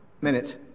Minute